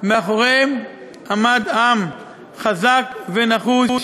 מאחוריהם עמד עם חזק ונחוש,